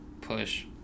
Push